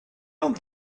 don’t